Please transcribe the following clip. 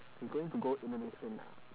we going to go indonesia ah